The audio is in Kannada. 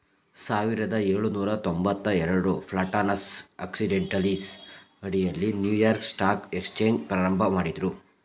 ಸಾವಿರದ ಏಳುನೂರ ತೊಂಬತ್ತಎರಡು ಪ್ಲಾಟಾನಸ್ ಆಕ್ಸಿಡೆಂಟಲೀಸ್ ಅಡಿಯಲ್ಲಿ ನ್ಯೂಯಾರ್ಕ್ ಸ್ಟಾಕ್ ಎಕ್ಸ್ಚೇಂಜ್ ಪ್ರಾರಂಭಮಾಡಿದ್ರು